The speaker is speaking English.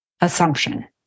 assumption